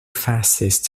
fascist